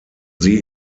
sie